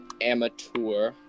amateur